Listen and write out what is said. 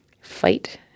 fight